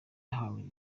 bahawe